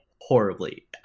horribly